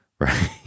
Right